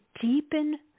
deepen